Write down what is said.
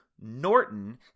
Norton